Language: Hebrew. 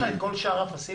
יש לך את כל שאר הפסיליטיז?